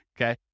Okay